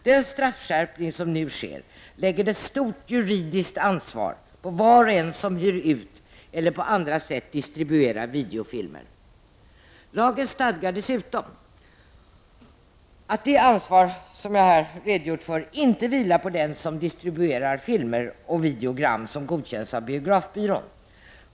Den straffskärpning som nu sker lägger ett stort juridiskt ansvar på var och en som hyr ut eller på annat sätt distribuerar videofilmer. Lagen stadgar dessutom att det ansvar som jag här redogjort för inte vilar på den som distribuerar filmer och videogram som godkänts av biografbyrån.